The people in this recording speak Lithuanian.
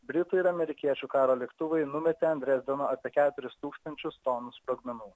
britų ir amerikiečių karo lėktuvai numetė ant drezdeno apie keturis tūkstančius tonų sprogmenų